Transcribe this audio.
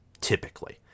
typically